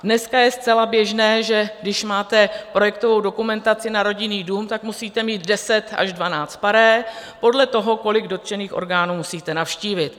Dneska je zcela běžné, že když máte projektovou dokumentaci na rodinný dům, musíte mít deset až dvanáct pare podle toho, kolik dotčených orgánů musíte navštívit.